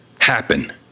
happen